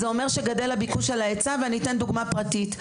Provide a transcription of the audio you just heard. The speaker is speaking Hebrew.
זה אומר שגדל הביקוש על ההיצע ואני אתן דוגמה פרטית.